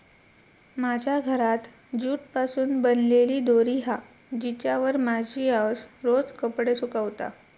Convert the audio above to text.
माझ्या घरात जूट पासून बनलेली दोरी हा जिच्यावर माझी आउस रोज कपडे सुकवता